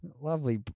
lovely